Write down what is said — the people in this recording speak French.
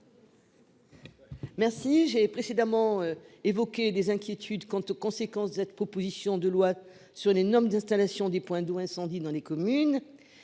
Merci j'ai précédemment évoqué des inquiétudes quant aux conséquences de cette proposition de loi sur les normes d'installation des points d'où incendie dans les communes.